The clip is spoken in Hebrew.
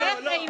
דיברה.